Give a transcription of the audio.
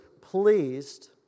pleased